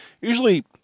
Usually